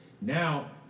Now